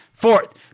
Fourth